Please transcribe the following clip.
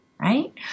Right